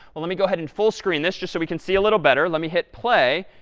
let me go ahead and full screen this, just so we can see a little better. let me hit play.